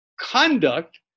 conduct